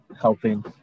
helping